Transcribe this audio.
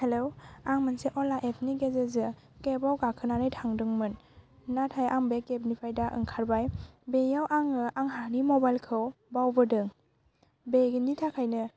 hello आं मोनसे अला एपनि गेजेरजों केबाव गाखोनानै थांदोंमोन नाथाइ आं बे केबनिफ्राय ओंखारबाय बेयाव आङो आंहानि मबाइलखौ बावबोदों बेनि थाखायनो